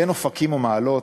בן אופקים ובן מעלות,